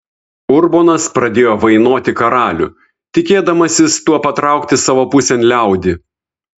urbonas pradėjo vainoti karalių tikėdamasis tuo patraukti savo pusėn liaudį